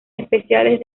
especiales